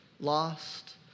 Lost